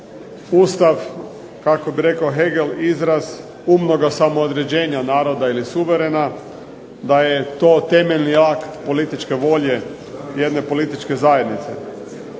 Ustav kako bi rekao Hegel izraz umnoga samoodređenja naroda ili suverena, da je to temeljni akt političke volje jedne političke zajednice.